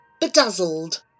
Bedazzled